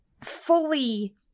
fully